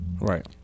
Right